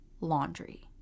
laundry